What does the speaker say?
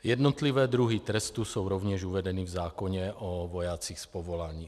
Jednotlivé druhy trestů jsou rovněž uvedeny v zákoně o vojácích z povolání.